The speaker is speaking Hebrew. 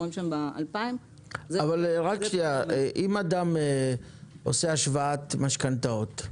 אם אדם עושה השוואת משכנתאות,